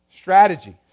strategy